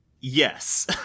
Yes